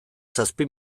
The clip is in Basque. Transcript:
zazpi